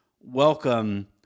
welcome